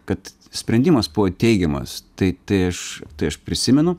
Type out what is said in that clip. kad sprendimas buvo teigiamas tai tai aš tai aš prisimenu